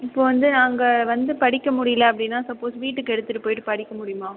இப்போது வந்து நான் அங்கே வந்து படிக்க முடியலை அப்படின்னா சப்போஸ் வீட்டுக்கு எடுத்துவிட்டு போய்விட்டு படிக்க முடியுமா